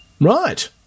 Right